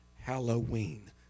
Halloween